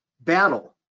battle